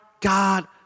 God